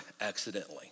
accidentally